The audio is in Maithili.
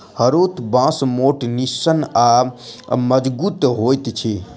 हरोथ बाँस मोट, निस्सन आ मजगुत होइत अछि